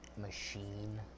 Machine